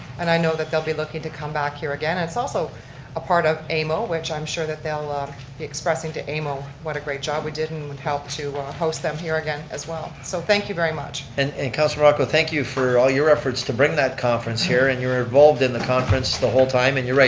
and i know that they'll be looking to come back here again. it's also a part of amo, which i'm sure that they'll ah be expressing to amo what a great job we did and help to host them here again as well, so thank you very much. and councilor morocco, thank you for all your efforts to bring that conference here, and you were involved in the conference the whole time and you're right,